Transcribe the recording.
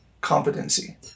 competency